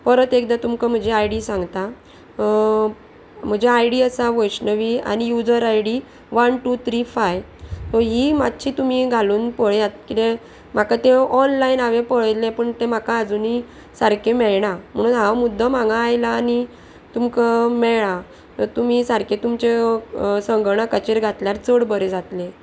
परत एकदां तुमकां म्हजी आय डी सांगता म्हजी आय डी आसा वैष्णवी आनी user I D one two three five ही मातशी तुमी घालून पळयात किदें म्हाका ते ऑनलायन हांवेन पळयले पूण तें म्हाका आजुनी सारकें मेळना म्हणून हांव मुद्दम हांगा आयलां आनी तुमकां मेळ्ळा तुमी सारकें तुमचे संगणकाचेर घातल्यार चड बरें जातलें